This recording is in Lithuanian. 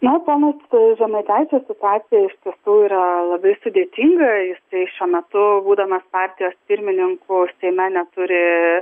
na pono žemaitaičio situacija iš tiesų yra labai sudėtinga jisai šiuo metu būdamas partijos pirmininku seime neturi